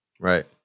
Right